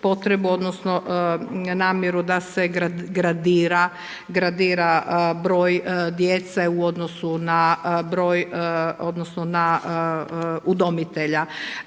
odnosno namjeru da se gradira broj djece u odnosu na broj,